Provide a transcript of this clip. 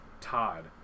Todd